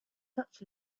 such